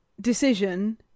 decision